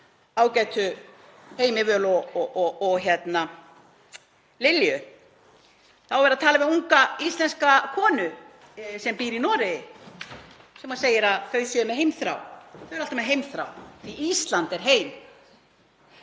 ágætu Heimi, Völu og Lilju. Þá var verið að tala við unga íslenska konu sem býr í Noregi sem segir að þau séu með heimþrá. Þau eru alltaf með heimþrá því Ísland er „heim“.